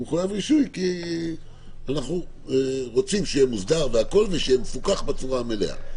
כי אנחנו רוצים שיהיה מוסדר ומפוקח בצורה מלאה.